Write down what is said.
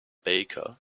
baker